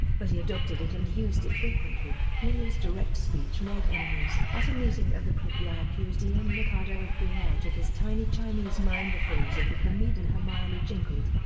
but he adopted it and used it frequently. healey's direct speech made enemies. at a meeting of the plp i accused ian mikardo of being out of his tiny chinese mind a phrase of the comedienne hermione gingold,